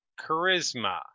Charisma